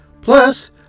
Plus